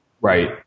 Right